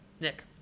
nick